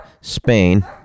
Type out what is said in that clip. Spain